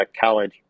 college